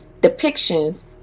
depictions